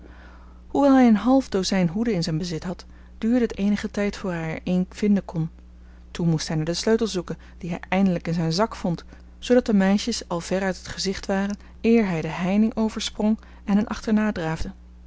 hoewel hij een half dozijn hoeden in zijn bezit had duurde het eenigen tijd voor hij er een vinden kon toen moest hij naar den sleutel zoeken dien hij eindelijk in zijn zak vond zoodat de meisjes al ver uit het gezicht waren eer hij de heining oversprong en hen achterna draafde